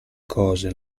cose